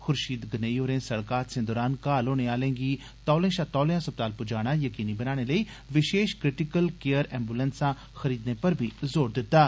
खूर्षीद गनेई होरें सड़क हादसें दरान घाऽल होने आलें गी तौले षा तौले अस्पताल पुजाना यकीनी बनाने लेई विषेश क्रिटिकल केयर एम्बुलैंसां खरीदने पर बी जोर दित्ता